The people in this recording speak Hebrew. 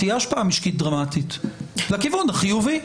תהיה השקעה משקית דרמטית אבל לכיוון החיובי.